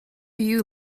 you